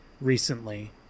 recently